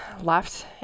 left